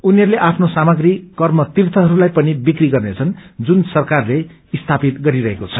उनीहरूले आफ्नो सामाग्री कर्मतीर्यहरूलाई पनि बिक्री गर्नेछन् जुन सरकारले स्थापित गरिरहेको छ